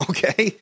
Okay